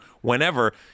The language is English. whenever